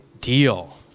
deal